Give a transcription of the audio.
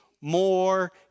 more